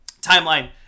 timeline